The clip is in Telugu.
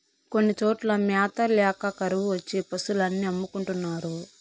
కొన్ని చోట్ల మ్యాత ల్యాక కరువు వచ్చి పశులు అన్ని అమ్ముకుంటున్నారు